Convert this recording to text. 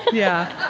yeah,